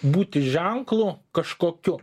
būti ženklu kažkokiu